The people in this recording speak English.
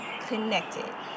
connected